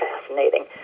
fascinating